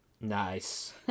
Nice